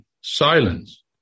silence